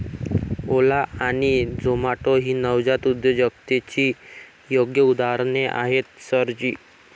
ओला आणि झोमाटो ही नवजात उद्योजकतेची योग्य उदाहरणे आहेत सर जी